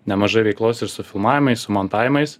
nemažai veiklos ir su filmavimais su montavimais